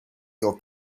your